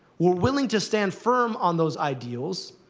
we're willing to stand firm on those ideals,